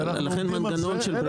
בסדר בוא,